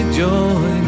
joy